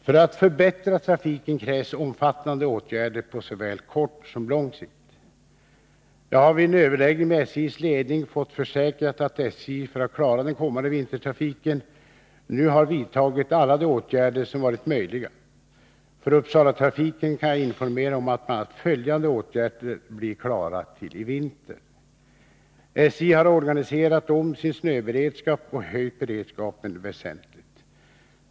För att förbättra trafiken krävs omfattande åtgärder på såväl kort som lång sikt. Jag har vid en överläggning med SJ:s ledning fått försäkrat att SJ för att klara den kommande vintertrafiken nu har vidtagit alla de åtgärder som varit möjliga. För Uppsalatrafiken kan jag informera om att bl.a. följande åtgärder blir klara till i vinter. — SJ har organiserat om sin snöberedskap och höjt beredskapen väsentligt.